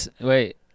Wait